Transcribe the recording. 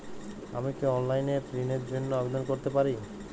আমি কি অনলাইন এ ঋণ র জন্য আবেদন করতে পারি?